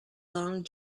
long